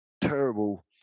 terrible